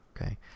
Okay